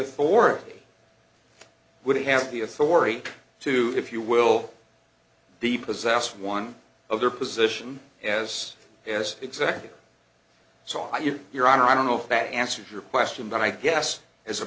authority would have the authority to if you will the possess one of their position yes yes exactly so i your your honor i don't know if that answers your question but i guess as a